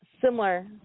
similar